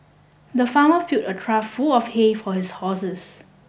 the farmer filled a trough full of hay for his horses